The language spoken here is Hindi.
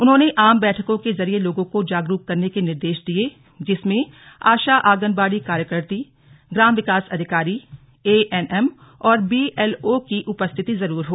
उन्होंने आम बैठकों के जरिए लोगों को जागरूक करने के निर्देश दिये जिसमें आशा आंगनबाड़ी कार्यकत्री ग्राम विकास अधिकारी ए एन एम और बीएलओ की उपस्थिति जरूर हो